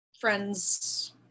friends